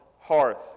hearth